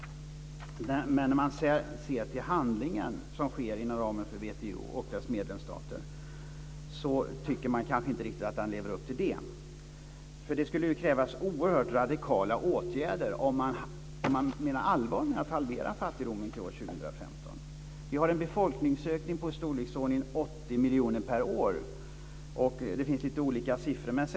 Men sett till vad som sker inom WTO och dess medlemsstater lever man inte upp till detta. Det skulle krävas oerhört radikala åtgärder om man menar allvar med att halvera antalet fattiga till 2015. Befolkningsökningen ligger på i storleksordningen 80 miljoner per år - det finns lite olika siffror.